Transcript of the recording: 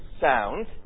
sound